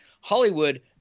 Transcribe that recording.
Hollywood